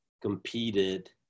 competed